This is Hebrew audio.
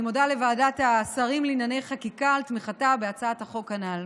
אני מודה לוועדת השרים לענייני חקיקה על תמיכתה בהצעת החוק הנ"ל.